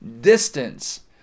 distance